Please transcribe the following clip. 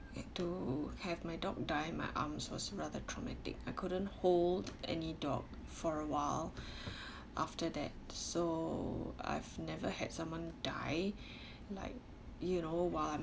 have to have my dog die in my arms was rather traumatic I couldn't hold any dog for a while after that so I've never had someone die like you know while